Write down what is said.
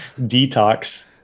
detox